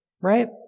right